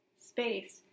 space